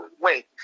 wait